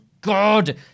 God